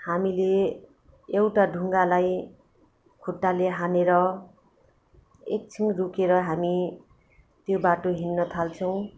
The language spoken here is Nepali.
हामीले एउटा ढुङ्गालाई खुट्टाले हानेर एकछिन रोकेर हामी त्यो बाटो हिँड्न थाल्छौँ